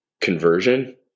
conversion